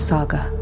Saga